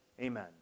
Amen